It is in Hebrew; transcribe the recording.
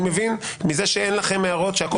אני מבין מזה שאין לכם הערות, שהכול מקובל עליכם .